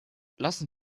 lassen